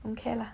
okay lah